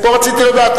פה רציתי לדעת,